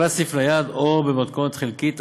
הפעלת סניף נייד או במתכונת חלקית,